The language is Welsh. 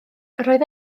roedd